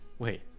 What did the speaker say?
Wait